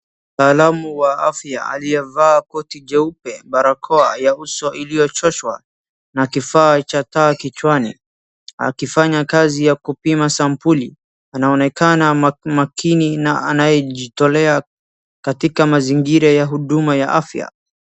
Mtaalamu wa afya aliyevaa koti jeupe barakoa ya uso iliyochoshwa na kifaa cha taa kichwani, akifanya kazi ya kupima sampuli anaonekana makini na anayejitolea katika mazingira ya huduma ya afya.